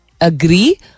agree